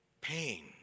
Pain